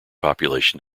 population